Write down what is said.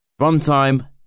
Runtime